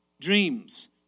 dreams